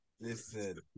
listen